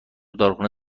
داروخونه